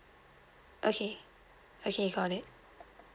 okay okay got it